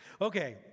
Okay